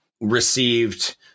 received